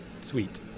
sweet